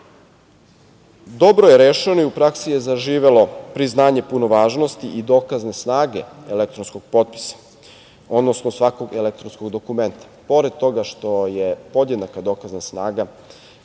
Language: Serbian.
pruža. Dobro je rešeno i u praksi je zaživelo priznanje punovažnosti i dokazne snage elektronskog potpisa, odnosno svakog elektronskog dokumenta. Pored toga što je podjednaka dokazna snaga